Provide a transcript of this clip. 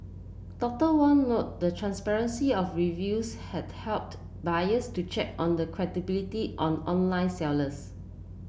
Doctor Wong noted the transparency of reviews had helped buyers to check on the credibility on online sellers